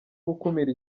gukumira